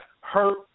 hurt